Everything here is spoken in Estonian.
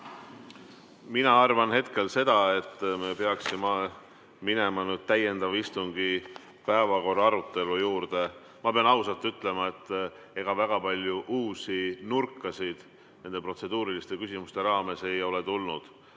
Mina arvan hetkel seda, et me peaksime minema nüüd täiendava istungi päevakorra arutelu juurde. Ma pean ausalt ütlema, et ega väga palju uusi nurki nende protseduuriliste küsimuste raames ei ole ette tulnud.